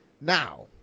Now